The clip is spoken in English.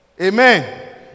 Amen